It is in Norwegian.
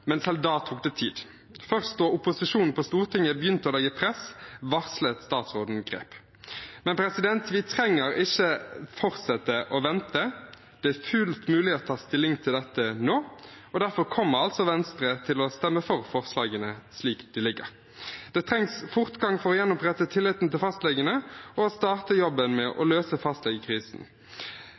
selv da tok det tid. Først da opposisjonen på Stortinget begynte å legge press, varslet statsråden grep. Men vi trenger ikke fortsette å vente. Det er fullt mulig å ta stilling til dette nå, og derfor kommer altså Venstre til å stemme for forslagene slik de ligger. Det trengs fortgang for å gjenopprette tilliten til fastlegene og starte jobben med å løse